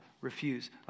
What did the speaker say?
refuse